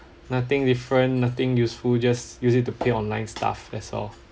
nothing different nothing useful just use it to pay online stuff that's all